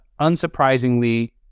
unsurprisingly